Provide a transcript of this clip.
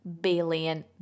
billion